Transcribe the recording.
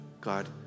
God